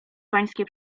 pańskie